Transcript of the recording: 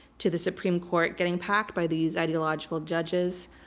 to the supreme court getting packed by these ideological judges.